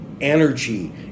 energy